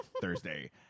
Thursday